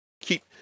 keep